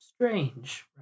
strange